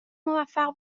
موفق